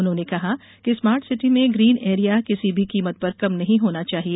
उन्होंने कहा कि स्मार्ट सिटी में ग्रीन एरिया किसी भी कीमत पर कम नहीं होना चाहिए